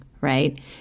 right